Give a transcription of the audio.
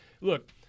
look